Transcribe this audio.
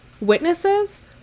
witnesses